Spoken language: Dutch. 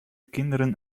kinderen